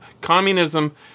communism